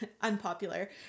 unpopular